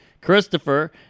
Christopher